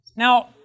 Now